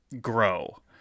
grow